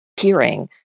hearing